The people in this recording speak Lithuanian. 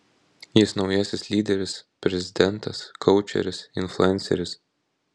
jis naujasis lyderis prezidentas koučeris influenceris